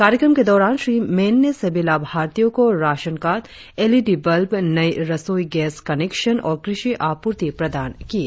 कार्यक्रम के दौरान श्री मेन ने सभी लाभार्थियों को ration card L E D bulb नई रसोई गैस कनेक्शन और कृषि आपूर्ति प्रदान किए